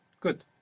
Good